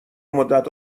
مدت